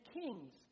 kings